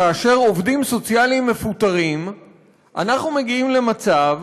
כאשר עובדים סוציאליים מפוטרים אנחנו מגיעים למצב